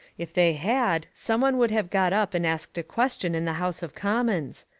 if they had some one would have got up and asked a question in the house of commons.